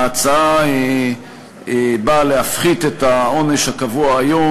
ההצעה באה להפחית את העונש הקבוע היום